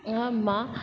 ईअं मां